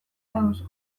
baduzu